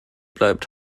bleibt